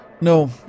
No